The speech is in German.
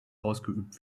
ausgeübt